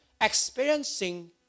experiencing